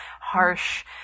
harsh